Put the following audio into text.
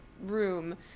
Room